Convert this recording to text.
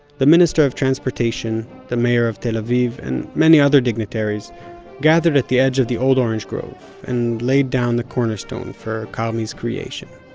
the minister of transportation, the mayor of tel aviv, and many other dignitaries gathered at the edge of the old orange grove and laid down the cornerstone for kami's creation